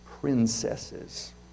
princesses